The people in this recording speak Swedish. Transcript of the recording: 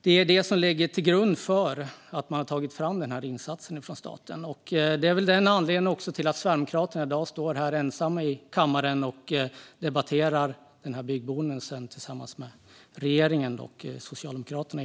Det är det som ligger till grund för dessa insatser från staten. Det är väl också anledningen till att Sverigedemokraterna i dag står här ensamma i kammaren och debatterar denna byggbonus med regeringen och Socialdemokraterna.